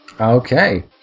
Okay